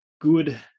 good